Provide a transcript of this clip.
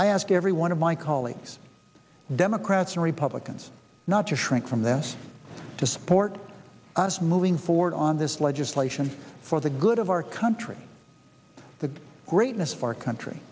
i ask every one of my colleagues democrats and republicans not shrink from this to support us moving forward on this legislation for the good of our country the greatness of our country